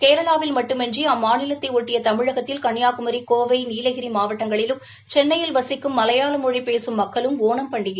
கேரளாவில் மட்டுமன்றி அம்மாநிலத்தை ஒட்டிய தமிழகத்தில் கன்னியாகுமரி கோவை நீலகிரி மாவட்டங்களிலும் சென்ளையில் வசிக்கும் மலையாள மொழி பேசும் மக்களும் ஒணம் பண்டியை கொண்டாடினர்